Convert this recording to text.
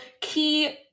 key